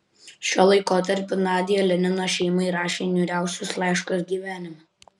šiuo laikotarpiu nadia lenino šeimai rašė niūriausius laiškus gyvenime